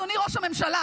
אדוני ראש הממשלה,